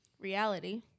Reality